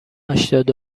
هشتاد